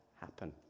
happen